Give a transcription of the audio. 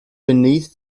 beneath